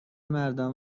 مردان